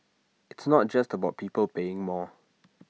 it's not just about people paying more